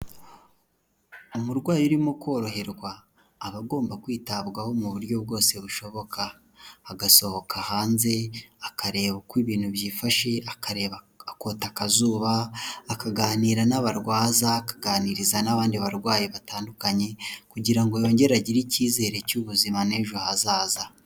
Umurwayi urimo koroherwa, aba agomba kwitabwaho mu buryo bwose bushoboka; agasohoka hanze, akareba uko ibintu byifashe, akareba akota akazuba, akaganira n'abarwaza, akaganiriza n'abandi barwayi batandukanye, kugira ngo yongere agire icyizere cy'ubuzima n'ejo hazaza.